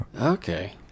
Okay